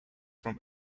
from